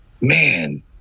Man